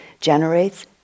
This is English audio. generates